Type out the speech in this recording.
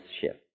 shift